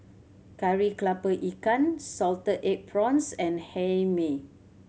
Kari Kepala Ikan salted egg prawns and Hae Mee